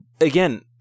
Again